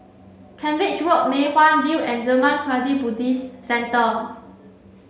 Cavenagh Road Mei Hwan View and Zurmang Kagyud Buddhist Centre